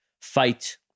fight